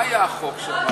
מה היה החוק שם,